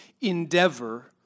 endeavor